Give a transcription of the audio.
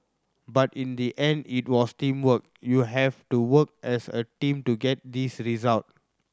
but in the end it was teamwork you have to work as a team to get this result